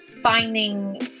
finding